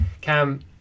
Cam